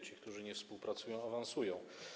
Ci, którzy nie współpracują, awansują.